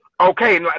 okay